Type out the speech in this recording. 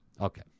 Okay